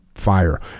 fire